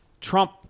Trump